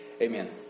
Amen